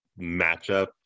matchup